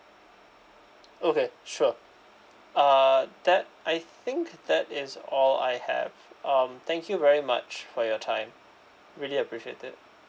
okay sure uh that I think that is all I have um thank you very much for your time really appreciate it